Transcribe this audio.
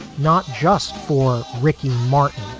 not just for ricky martin,